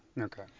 okay